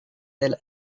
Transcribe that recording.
elle